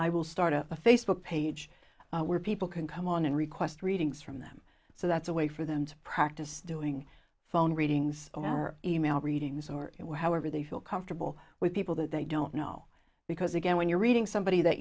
i will start up a facebook page where people can come on and request readings from them so that's a way for them to practice doing phone readings or email readings or however they feel comfortable with people that they don't know because again when you're reading somebody that